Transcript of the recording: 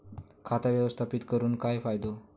खाता व्यवस्थापित करून काय फायदो?